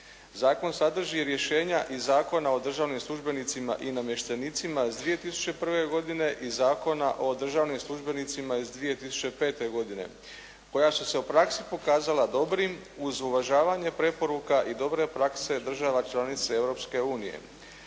Zakon sadrži rješenja iz Zakona o državnim službenicima i namještenicima iz 2001. godine i Zakona o državnim službenicima iz 2005. godine koja su se u praksi pokazala dobrim uz uvažavanje preporuka i dobre prakse država članice